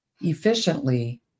efficiently